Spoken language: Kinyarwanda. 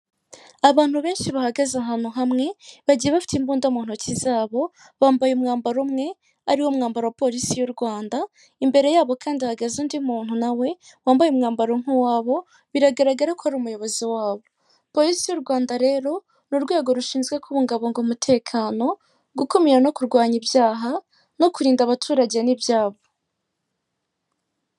Abantu benshi bahagaze ahantu hamwe bagiye bafite imbunda mu ntoki zabo, bambaye umwambaro umwe ari wo mwambaro wa polisi y'u Rwanda, imbere yabo kandi hahagaze undi muntu nawe wambaye umwambaro nk'uwabo, biragaragara ko ari umuyobozi wabo. Polisi y'u Rwanda rero ni urwego rushinzwe kubungabunga umutekano, gukumira no kurwanya ibyaha no kurinda abaturage n'ibyabo.